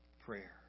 prayer